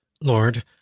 Lord